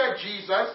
Jesus